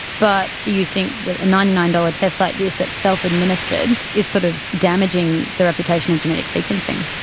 but you think that a ninety nine dollars test like this that's self-administered is sort of damaging the reputation of genetic sequencing.